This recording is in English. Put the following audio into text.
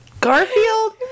Garfield